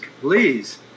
Please